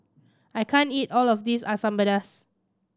I can't eat all of this Asam Pedas